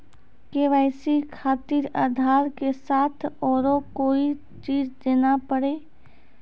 KYC खातिर आधार के साथ औरों कोई चीज देना पड़ी?